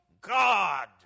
God